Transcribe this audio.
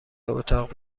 اتاق